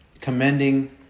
Commending